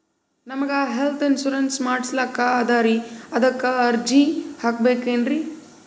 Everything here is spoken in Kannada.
ನಮಗ ಹೆಲ್ತ್ ಇನ್ಸೂರೆನ್ಸ್ ಮಾಡಸ್ಲಾಕ ಅದರಿ ಅದಕ್ಕ ಅರ್ಜಿ ಹಾಕಬಕೇನ್ರಿ?